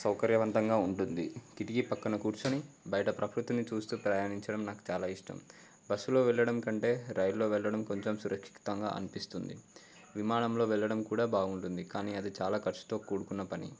సౌకర్యవంతంగా ఉంటుంది కిటిక పక్కన కూర్చొని బయట ప్రకృతిని చూస్తూ ప్రయాణించడం నాకు చాలా ఇష్టం బస్సులో వెళ్ళడం కంటే రైల్లో వెళ్ళడం కొంచెం సురక్షితంగా అనిపిస్తుంది విమానంలో వెళ్ళడం కూడా బాగుంటుంది కానీ అది చాలా ఖర్చుతో కూడుకున్న పని